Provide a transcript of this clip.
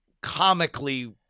comically